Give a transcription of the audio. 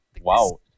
wow